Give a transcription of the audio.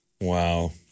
Wow